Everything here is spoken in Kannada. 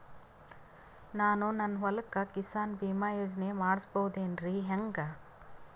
ನಾನು ನನ್ನ ಹೊಲಕ್ಕ ಕಿಸಾನ್ ಬೀಮಾ ಯೋಜನೆ ಮಾಡಸ ಬಹುದೇನರಿ ಹೆಂಗ?